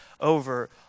over